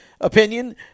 opinion